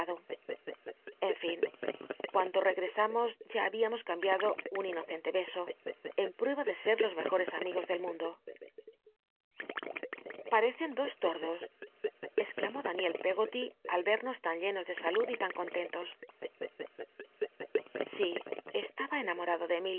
en in cuando r ll'neba de híamos ranrbiado un inocente be en j rr los mejorés amigos del munclo parece n dos tordos exclamó l anic l peggot al vernos tan llenos de sahul y tan contentos sí estaba enamorado de